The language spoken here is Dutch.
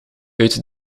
uit